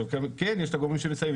כן יש את הגורמים שמסייעים,